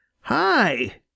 Hi